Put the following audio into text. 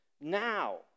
now